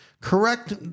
correct